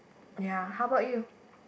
ya how about you